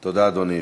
תודה, אדוני.